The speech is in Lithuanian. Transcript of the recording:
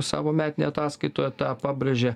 savo metinėje ataskaitoje tą pabrėžė